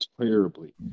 terribly